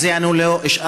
על זה אני לא אשאל,